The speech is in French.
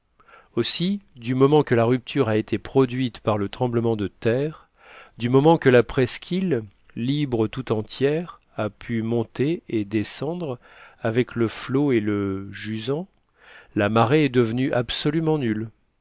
aussi du moment que la rupture a été produite par le tremblement de terre du moment que la presqu'île libre tout entière a pu monter et descendre avec le flot et le jusant la marée est devenue absolument nulle